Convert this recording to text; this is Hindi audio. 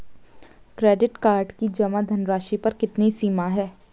क्रेडिट कार्ड की जमा धनराशि पर कितनी सीमा है?